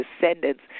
descendants